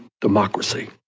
democracy